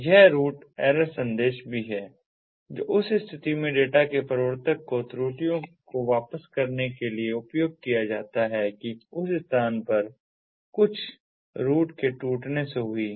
यह route error संदेश भी है जो उस स्थिति में डेटा के प्रवर्तक को त्रुटियों को वापस करने के लिए उपयोग किया जाता है कि उस स्थान पर कुछ रूट के टूटने से हुई हैं